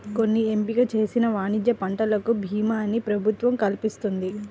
కొన్ని ఎంపిక చేసిన వాణిజ్య పంటలకు భీమాని ప్రభుత్వం కల్పిస్తున్నది